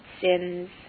sins